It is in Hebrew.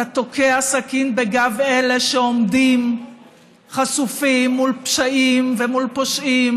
אתה תוקע סכין בגב אלה שעומדים חשופים מול פשעים ומול פושעים